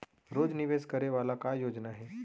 रोज निवेश करे वाला का योजना हे?